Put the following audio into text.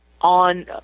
On